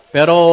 Pero